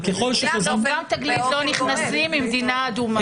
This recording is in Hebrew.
גם תגלית לא נכנסים ממדינה אדומה.